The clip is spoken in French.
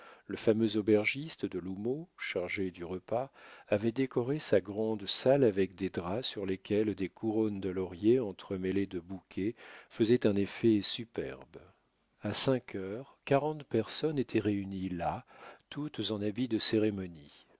le fameux aubergiste de l'houmeau chargé du repas avait décoré sa grande salle avec des draps sur lesquels des couronnes de laurier entremêlées de bouquets faisaient un effet superbe a cinq heures quarante personnes étaient réunies là toutes en habit de cérémonie